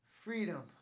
freedom